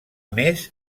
més